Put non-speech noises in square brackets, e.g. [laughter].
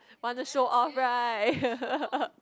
want to show off right [laughs]